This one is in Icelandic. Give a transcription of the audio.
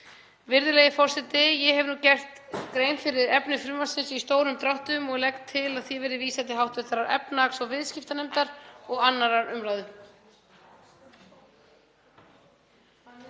Virðulegi forseti. Ég hef nú gert grein fyrir efni frumvarpsins í stórum dráttum og legg til að því verði vísað til hv. efnahags- og viðskiptanefndar og 2. umræðu.